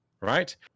Right